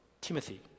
Timothy